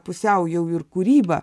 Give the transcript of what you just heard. pusiau jau ir kūryba